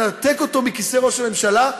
לנתק אותו מכיסא ראש הממשלה,